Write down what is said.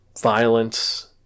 violence